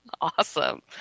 Awesome